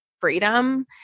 freedom